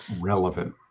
relevant